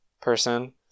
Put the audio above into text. person